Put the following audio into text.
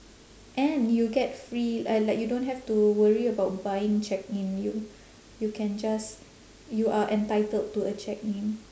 and you get free uh like you don't have to worry about buying check-in you you can just you are entitled to a check-in